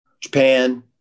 japan